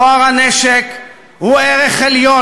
טוהר הנשק הוא ערך עליון,